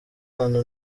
abana